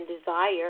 desire